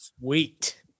sweet